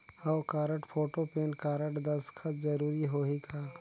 हव card, photo, PAN card, दस्खत जरूरी होही का?